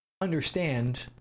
understand